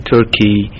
Turkey